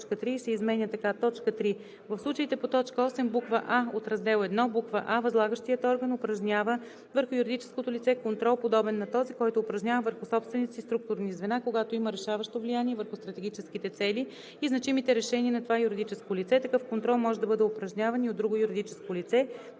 възлагащият орган упражнява върху юридическото лице контрол, подобен на този, който упражнява върху собствените си структурни звена, когато има решаващо влияние върху стратегическите цели и значимите решения на това юридическо лице; такъв контрол може да бъде упражняван и от друго юридическо лице,